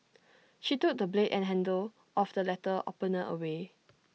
she threw the blade and handle of the letter opener away